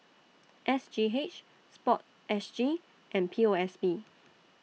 S G H Sport S G and P O S B